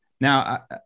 Now